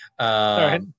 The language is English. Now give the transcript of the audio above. Sorry